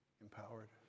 empowered